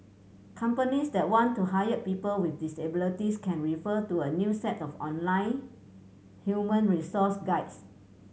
companies that want to hire people with disabilities can refer to a new set of online human resource guides